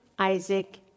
Isaac